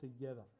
together